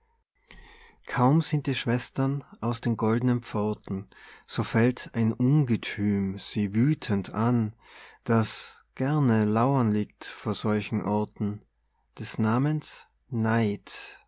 kaum sind die schwestern aus den goldnen pforten so fällt ein ungethüm sie wüthend an das gerne lauern liegt vor solchen orten des namens neid